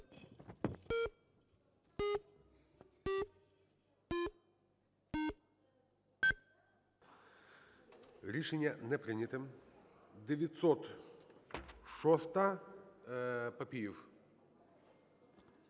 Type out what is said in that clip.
Рішення не прийнято. 906-а, Папієв.